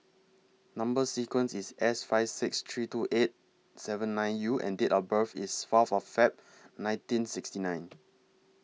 Number sequence IS S five six three two eight seven nine U and Date of birth IS Fourth of Feb nineteen sixty nine